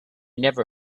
never